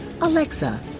Alexa